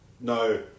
No